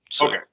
Okay